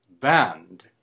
banned